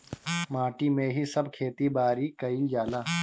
माटी में ही सब खेती बारी कईल जाला